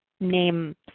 name